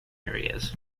areas